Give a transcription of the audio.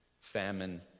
famine